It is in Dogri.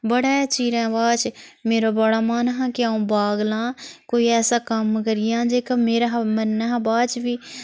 बड़े चिरें बाद च मेरा बड़ा मन हा कि अ'ऊं बाग ला कोई ऐसा कम्म करी जां जेह्का मेरे मरने शा बाद च बी